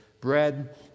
bread